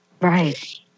Right